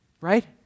right